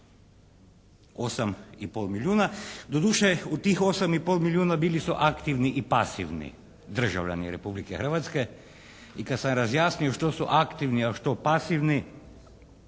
pol milijuna. Doduše u tih 8 i pol milijuna bili su aktivni i pasivni državljani Republike Hrvatske i kad sam razjasnio što su aktivni a što pasivni,